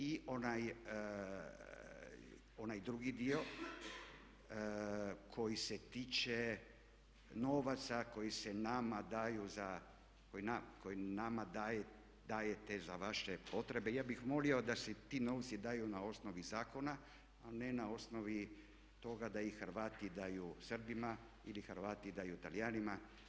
I onaj drugi dio koji se tiče novaca koji se nama daju za, koji nama dajete za vaše potrebe ja bih molio da se ti novci daju na osnovi zakona, a ne na osnovi toga da ih Hrvati daju Srbima ili Hrvati daju Talijanima.